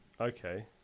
Okay